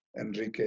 Enrique